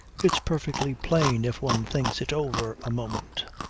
it's perfectly plain if one thinks it over a moment.